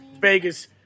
Vegas